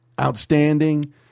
outstanding